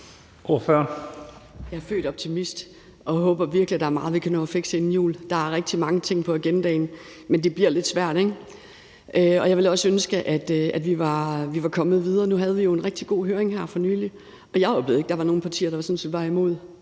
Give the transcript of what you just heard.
Jeg er født optimist, og jeg håber virkelig, at der er meget, vi kan nå at fikse inden jul. Der er rigtig mange ting på agendaen, men det bliver lidt svært, ikke? Jeg ville også ønske, at vi var kommet videre. Nu havde jo en rigtig god høring her for nylig, og jeg oplevede sådan set ikke, at der var nogen partier, der var imod.